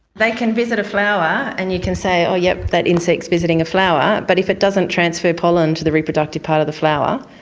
they can visit a flower and you can say, oh yes, that insect is visiting a flower, but if it doesn't transfer pollen to the reproductive part of the flower,